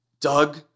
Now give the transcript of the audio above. Doug